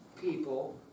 people